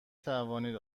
توانید